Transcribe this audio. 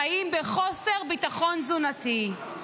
חיים בחוסר ביטחון תזונתי.